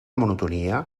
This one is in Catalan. monotonia